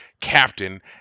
captain